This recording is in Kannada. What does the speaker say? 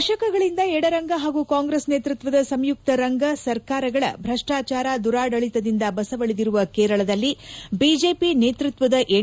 ದಶಕಗಳಿಂದ ಎಡರಂಗ ಹಾಗೂ ಕಾಂಗ್ರೆಸ್ ನೇತ್ಪತ್ತದ ಸಂಯುಕ್ತ ರಂಗ ಸರ್ಕಾರಗಳ ಭ್ರಷ್ಪಾಚಾರ ದುರಾಡಳಿತದಿಂದ ಬಸವಳಿದಿರುವ ಕೇರಳದಲ್ಲಿ ಬಿಜೆಪಿ ನೇತೃತ್ವದ ಎನ್